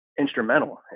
instrumental